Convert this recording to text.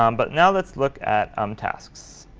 um but now let's look at um tasks.